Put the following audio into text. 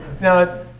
Now